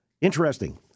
Interesting